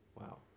Wow